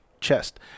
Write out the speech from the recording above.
chest